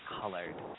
colored